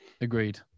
Agreed